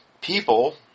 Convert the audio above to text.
people